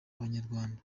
abanyarwanda